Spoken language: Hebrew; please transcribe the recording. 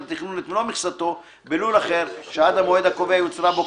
התכנון את מלוא מכסתו בלול אחר שעד המועד הקובע יוצרה בו,